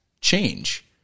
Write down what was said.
change